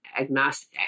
agnostic